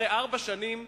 אחרי ארבע שנים,